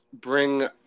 bring